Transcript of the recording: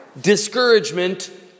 Discouragement